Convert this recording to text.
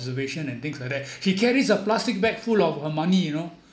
and things like that she carries a plastic bag full of her money you know